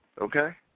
Okay